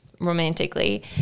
romantically